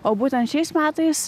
o būtent šiais metais